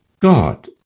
God